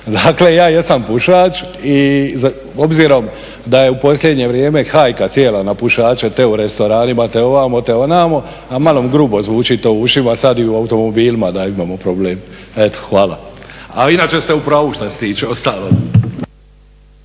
Dakle ja jesam pušač i obzirom da je u posljednje vrijeme hajka cijela na pušače te u restoranima, te ovamo, te onamo, malo mi grubo zvuči to u ušima, sad i u automobilima da imamo problem. Eto hvala. A inače ste u pravu što se tiče ostalog.